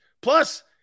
Plus